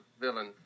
villain